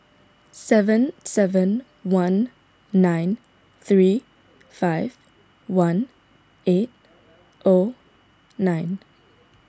seven seven one nine three five one eight O nine